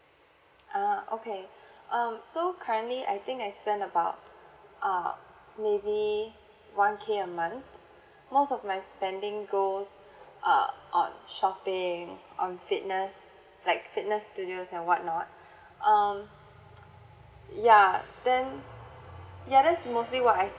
ah okay um so currently I think I spend about uh maybe one K a month most of my spending goes uh on shopping on fitness like fitness studios and what not um ya then ya that's mostly what I spend